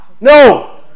no